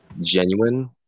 genuine